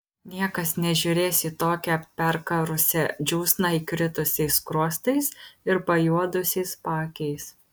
niekas nežiūrės į tokią perkarusią džiūsną įkritusiais skruostais ir pajuodusiais paakiais